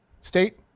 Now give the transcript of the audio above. State